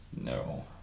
No